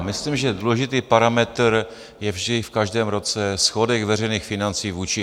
Myslím, že důležitý parametr je vždy v každém roce schodek veřejných financí vůči HDP.